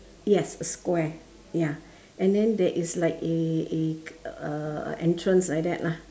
yes a square ya and then there is like a a uh entrance like that lah